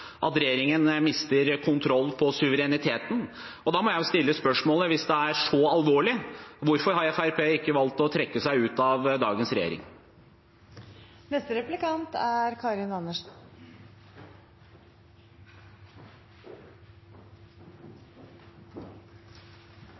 at regjeringen mister kontroll på suvereniteten. Da må jeg stille spørsmålet: Hvis det er så alvorlig, hvorfor har ikke Fremskrittspartiet valgt å trekke seg ut av dagens regjering? Det er